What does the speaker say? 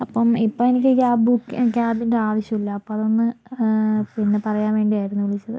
അപ്പം ഇപ്പം എനിക്ക് ക്യാബ് ബുക്ക് ക്യാബിൻ്റെ ആവശ്യമില്ല അപ്പം അതൊന്ന് പിന്നെ പറയാൻ വേണ്ടിയാരുന്നു വിളിച്ചത്